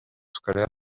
scolaire